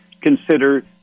consider